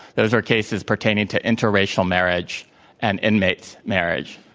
those are cases pertaining to interracial marriage and inmate marriage.